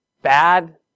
bad